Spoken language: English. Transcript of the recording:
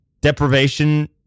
deprivation